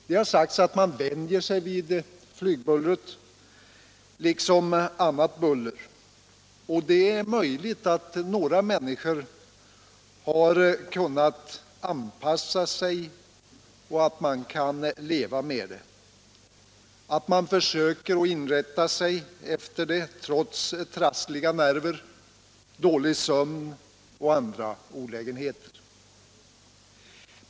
Det har sagts att man vänjer sig vid flygbullret liksom vid annat buller, och det är möjligt att några människor har kunnat anpassa sig och leva med det, att de försöker inrätta sig efter bullret trots trassliga nerver, dålig sömn och andra olägenheter.